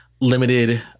limited